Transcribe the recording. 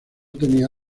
tenía